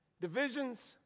divisions